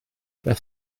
beth